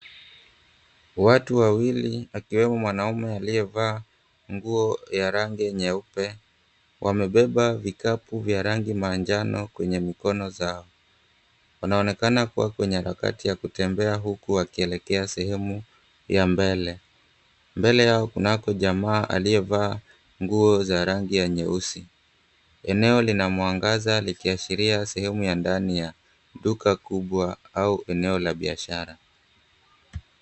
Watu wawili akiwemo mwanaume aliyevaa nguo ya rangi nyeupe wamebeba vikapu vya rangi manjano kwenye mikono zao. Wanaoekana kua kwenye harakati ya kutembea huku wakielekea sehemu ya mbele. Mbele yao kunako jamaa aliyevaa nguo za rangi ya nyeusi. Eneo lina mwangaza likiashiria sehemu ya ndani ya duka kubwa au eneo la biashara.